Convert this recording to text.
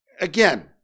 Again